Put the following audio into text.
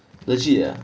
legit ah